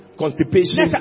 constipation